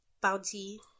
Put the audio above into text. bounty